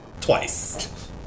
Twice